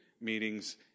meetings